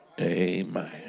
Amen